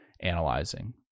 analyzing